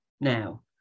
now